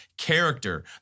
character